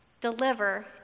deliver